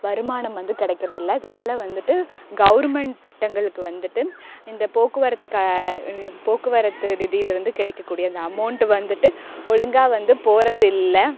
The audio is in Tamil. வருமானம் வந்து கிடைக்குறதில்ல இதனால் வந்துட்டு கவர்மெண்ட்டு திட்டங்களுக்கு வந்துட்டு இந்த போக்குவரத்து க போக்குவரத்து நிதிலேருந்து கிடைக்கக்கூடிய அந்த அமௌண்ட் வந்துட்டு ஒழுங்காக வந்து போகிறதில்ல